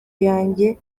yanjye